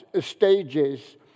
stages